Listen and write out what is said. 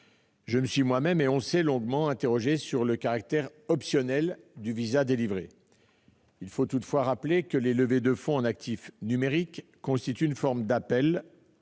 je me suis moi-même longuement interrogé sur ce caractère optionnel. Il faut toutefois rappeler que les levées de fonds en actifs numériques constituent une forme d'appel